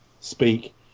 speak